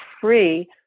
free